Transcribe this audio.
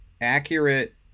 accurate